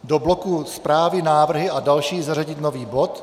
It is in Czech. Do bloku zprávy, návrhy a další zařadit nový bod.